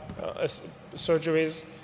surgeries